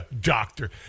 doctor